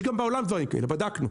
יש גם בעולם דברים כאלה, בדקנו.